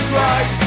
right